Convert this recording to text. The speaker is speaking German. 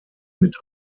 mit